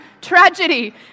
Tragedy